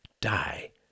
die